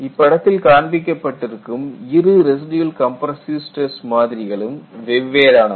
இப்படத்தில் காண்பிக்கப்பட்டு இருக்கும் இரு ரெசிடியல் கம்ப்ரஸ்ஸிவ் ஸ்டிரஸ் மாதிரிகளும் வெவ்வேறானவை